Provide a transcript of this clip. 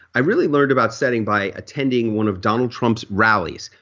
i really learned about setting by attending one of donald trump's rallies.